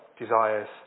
desires